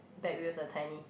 back wheels are tiny